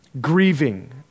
grieving